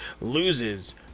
loses